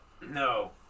no